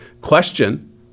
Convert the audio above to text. question